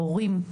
הורים,